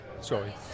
Sorry